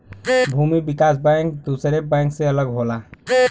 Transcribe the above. भूमि विकास बैंक दुसरे बैंक से अलग होला